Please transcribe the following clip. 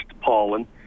pollen